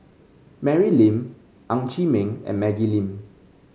Mary Lim Ng Chee Meng and Maggie Lim